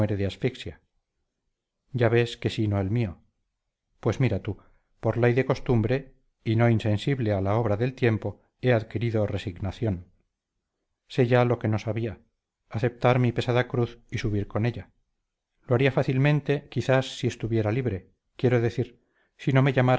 de asfixia ya ves qué sino el mío pues mira tú por ley de costumbre y no insensible a la obra del tiempo he adquirido resignación sé ya lo que no sabía aceptar mi pesada cruz y subir con ella lo haría fácilmente quizás si estuviera libre quiero decir si no me llamara